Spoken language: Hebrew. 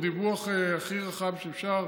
דיווח הכי רחב שאפשר.